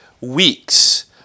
Weeks